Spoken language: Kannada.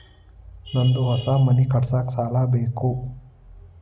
ನಂದು ಹೊಸ ಮನಿ ಕಟ್ಸಾಕ್ ಸಾಲ ಬೇಕು